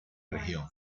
región